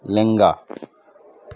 ᱞᱮᱝᱜᱟ